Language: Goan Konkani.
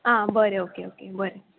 आ बरें ओके ओके बरें